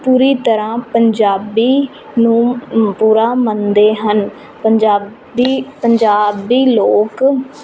ਪੂਰੀ ਤਰ੍ਹਾਂ ਪੰਜਾਬੀ ਨੂੰ ਪੂਰਾ ਮੰਨਦੇ ਹਨ ਪੰਜਾਬੀ ਪੰਜਾਬੀ ਲੋਕ